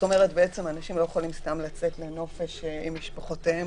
בעצם אנשים לא יכולים לצאת סתם לנופש עם משפחותיהם,